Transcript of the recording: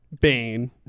Bane